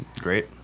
Great